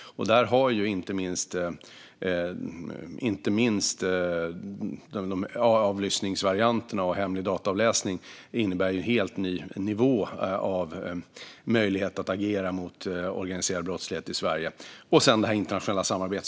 Inte minst innebär avlyssningsmöjligheter och hemlig dataavläsning en helt ny nivå av möjligheter att agera mot organiserad brottslighet i Sverige. Jag vill också nämna det internationella samarbetet.